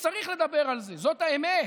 הייתי צריך לדבר על זה, זאת האמת,